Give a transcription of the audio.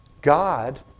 God